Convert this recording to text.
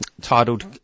titled